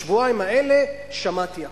בשבועיים האלה שמעתי הכול.